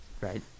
Right